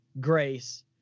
grace